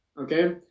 okay